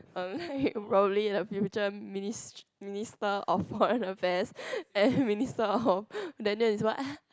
erm probably the future minis~ minister of foreign affairs and minister of is what